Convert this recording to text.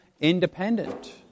independent